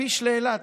לכביש לאילת,